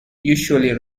usually